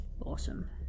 Awesome